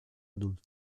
adulti